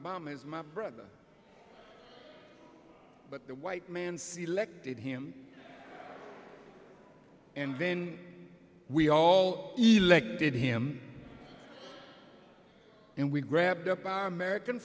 mom is my brother but the white man selected him and then we all did him and we grabbed up our american